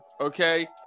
okay